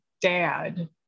dad